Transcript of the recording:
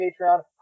Patreon